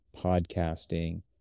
podcasting